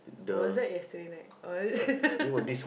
or was that yesterday night or was it